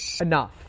enough